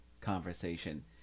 conversation